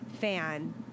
fan